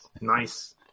Nice